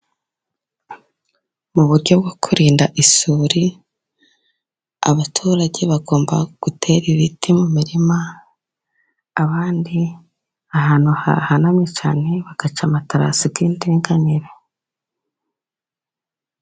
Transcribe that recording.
Mu buryo bwo kurinda isuri abaturage bagomba gutera ibiti mu mirima, abandi ahantu hahanamye cyane bagaca amaterasi y'indinganire.